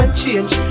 change